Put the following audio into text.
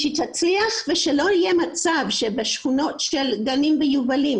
שהיא תצליח ושלא יהיה מצב שבשכונות של גנים ויובלים,